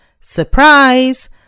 Surprise